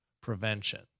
prevention